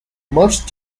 much